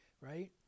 right